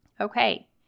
Okay